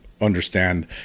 understand